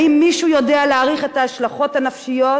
האם מישהו יודע להעריך את ההשלכות הנפשיות